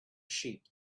sheep